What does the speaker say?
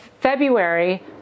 February